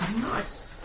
Nice